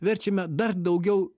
verčiame dar daugiau